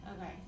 okay